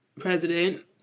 president